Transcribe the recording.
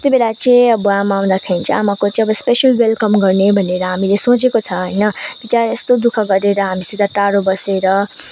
त्यति बेला चाहिँ अब आमा आउँदाखेरि चाहिँ आमाको चाहिँ अब स्पेसल वेलकम गर्ने भनेर हामीले सोचेको छ होइन विचरा यस्तो दुःख गरेर हामीसित टाढो बसेर